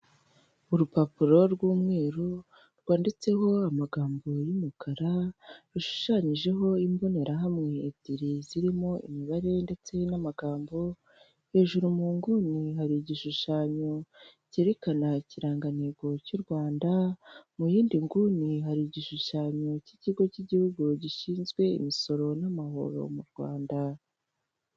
Urupapuro rw'umweru rwanditseho amagambo y'umukara, rushushanyijeho imbonerahamwe ebyiri zirimo imibare ndetse n'amagambo, hejuru mu nguni hari igishushanyo cyerekana ikirangantego cy'u Rwanda, mu yindi nguni hari igishushanyo cy'ikigo cy'igihugu gishinzwe imisoro n'amahoro mu Rwanda.